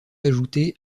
ajouté